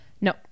No